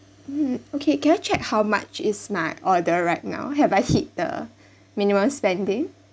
mm okay can I check how much is my order right now have I hit the minimum spending